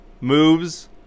moves